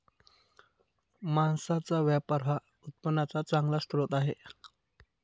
मांसाचा व्यापार हा उत्पन्नाचा चांगला स्रोत आहे